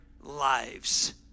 lives